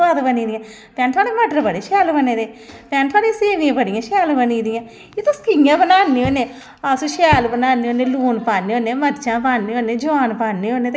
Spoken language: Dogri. अच्छे किस्म दे पौधे दित्ते जान बागबानी बास्तै असैं दिक्खेआ इद्धर साढ़ै इलाके च अमरूद होंदा ऐ जां लीची होंदी ऐ अमरूद दे बूह्टे में अपने बगीचे च लोआए न